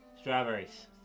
strawberries